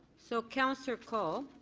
so councillor colle,